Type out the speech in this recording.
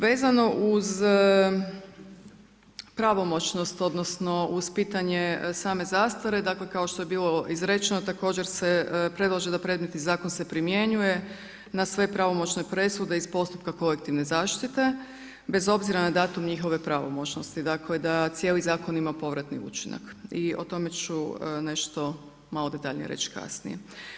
Vezano uz pravomoćnost odnosno uz pitanje same zastare, dakle kao što je bilo izrečeno također se predlaže da predmetni zakon se primjenjuje na sve pravomoćne presude iz postupka kolektivne zaštite bez obzira na datum njihove pravomoćnosti, dakle da cijeli zakon ima povratni učinak i o tome ću nešto detaljnije reći kasnije.